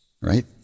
right